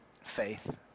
faith